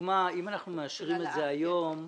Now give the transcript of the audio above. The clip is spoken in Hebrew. אנחנו מאשרים את זה היום,